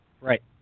Right